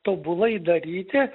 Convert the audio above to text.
tobulai daryti